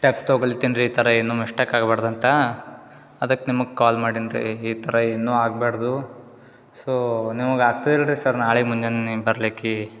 steps ತೊಗೊಳ್ತಿನಿ ರೀ ಈ ಥರ ಏನು ಮಿಸ್ಟೇಕ್ ಆಗ್ಬಾಡ್ದು ಅಂತ ಅದಕ್ಕೆ ನಿಮಗೆ ಕಾಲ್ ಮಾಡೆನಿ ರೀ ಈ ಥರ ಏನು ಆಗ್ಬಾರ್ದು ಸೋ ನಿಮಗೆ ಆಗ್ತದಿಲ್ರಿ ಸರ್ ನಾಳೆ ಮುಂಜಾನೆ ಬರ್ಲಿಕ್ಕೆ